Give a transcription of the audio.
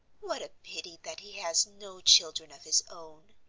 what a pity that he has no children of his own!